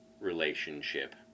relationship